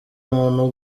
umuntu